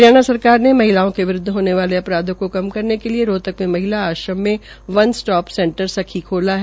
हरियाणा सरकार ने महिलाओं के विरुद्ध होने वाले अपराधों को कम करने के लिये रोहतक में महिला आश्रम में वन स्टॉप सेंटर सखी खोला है